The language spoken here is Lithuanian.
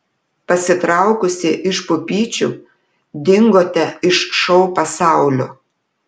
pasitraukusi iš pupyčių dingote iš šou pasaulio